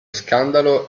scandalo